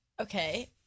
Okay